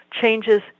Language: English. changes